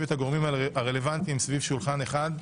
את הגורמים הרלוונטיים סביב שולחן אחד,